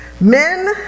Men